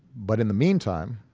but in the mean time,